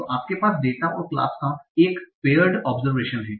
तो आपके पास डेटा और क्लास का एक पेयर्ड ओबसरवेशन है